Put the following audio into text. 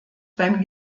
beim